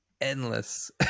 endless